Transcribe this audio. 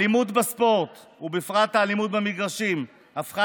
האלימות בספורט ובפרט האלימות במגרשים הפכה